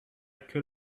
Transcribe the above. could